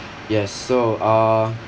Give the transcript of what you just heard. yes so uh